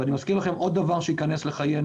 ואני מזכיר לכם עוד דבר שייכנס לחיינו,